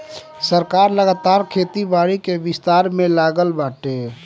सरकार लगातार खेती बारी के विस्तार में लागल बाटे